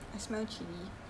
I don't know eh